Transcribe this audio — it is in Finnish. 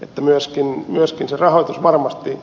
että myöskin jos lisärahoitus varmasti